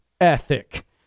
ethic